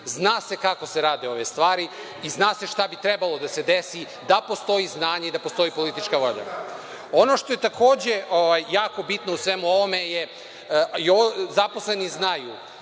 Zna se kako se rade ove stvari i zna se šta bi trebalo da se desi da postoji znanje i da postoji politička volja. Ono što je, takođe, jako bitno u svemu ovome, zaposleni znaju,